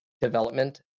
development